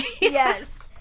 Yes